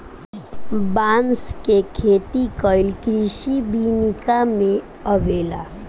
बांस के खेती कइल कृषि विनिका में अवेला